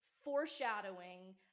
foreshadowing